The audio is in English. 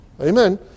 Amen